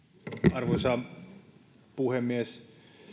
arvoisa puhemies